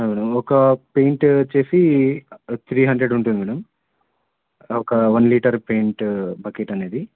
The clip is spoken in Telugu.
మేడం ఒక పెయింట్ వచ్చేసి త్రీ హండ్రెడ్ ఉంటుంది మేడం ఒక వన్ లీటర్ పెయింట్ బకెట్ అనేది